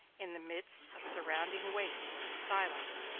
in the midst of surrounding wastes of silence,